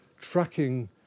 tracking